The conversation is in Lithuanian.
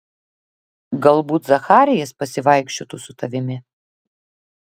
galbūt zacharijas pasivaikščiotų su tavimi